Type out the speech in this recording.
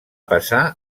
passar